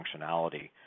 functionality